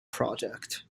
project